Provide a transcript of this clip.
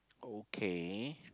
okay